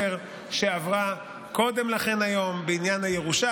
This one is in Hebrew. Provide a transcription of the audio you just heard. שעברה קודם לכן היום בעניין הירושה,